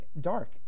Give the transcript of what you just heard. dark